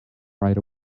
right